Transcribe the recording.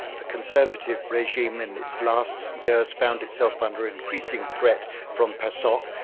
the conservative regime in its last years found itself under increasing threat from pasok,